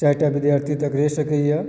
चारिटा विद्यार्थी तक रहि सकैए